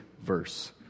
verse